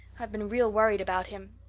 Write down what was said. i've been real worried about him,